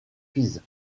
pise